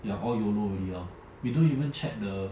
ya all YOLO already lor we don't even check the